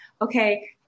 Okay